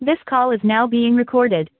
this call is now being recorded